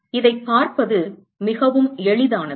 இதைப் பார்ப்பது மிகவும் எளிதானது